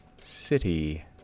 city